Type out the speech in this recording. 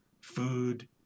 food